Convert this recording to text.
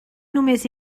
només